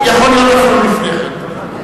יכולנו ללכת גם לפני כן.